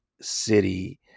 City